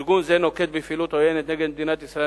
ארגון זה נוקט פעילות עוינת נגד מדינת ישראל